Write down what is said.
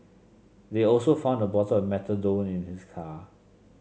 they also found a bottle of methadone in his car